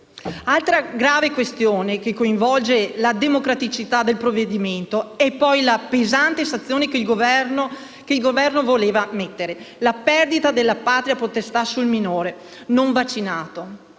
Altra grave questione che coinvolge la democraticità del provvedimento è poi la pesante sanzione che il Governo voleva introdurre, ossia la perdita della patria potestà sul minore non vaccinato.